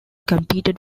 competed